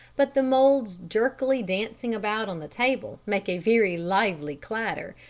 but the moulds jerkily dancing about on the table make a very lively clatter,